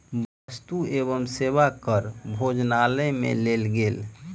वस्तु एवं सेवा कर भोजनालय में लेल गेल